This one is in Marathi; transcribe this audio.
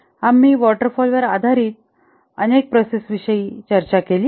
आम्ही वॉटरफॉल वर आधारित अनेक प्रोसेसं विषयी चर्चा केली